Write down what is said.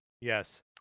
yes